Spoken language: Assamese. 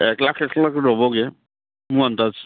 এক লাখ এক লাখ ৰ'বগে